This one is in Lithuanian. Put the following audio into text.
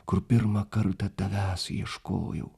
kur pirmą kartą tavęs ieškojau